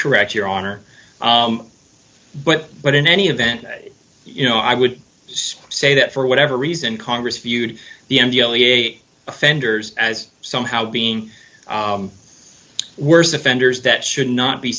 correct your honor but but in any event you know i would say that for whatever reason congress viewed the only eight offenders as somehow being worst offenders that should not be